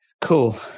Cool